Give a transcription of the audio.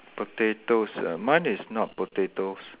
potatoes ah mine is not potatoes